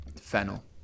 fennel